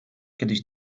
kiedyś